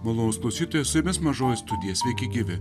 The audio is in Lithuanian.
malonūs klausytojai su jumis mažoji studija sveiki gyvi